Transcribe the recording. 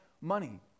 money